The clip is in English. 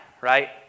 right